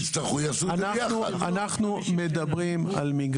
אני מסכים על זה לחלוטין,